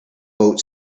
boat